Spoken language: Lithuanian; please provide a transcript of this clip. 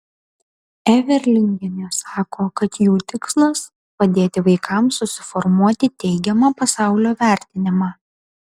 everlingienė sako kad jų tikslas padėti vaikams susiformuoti teigiamą pasaulio vertinimą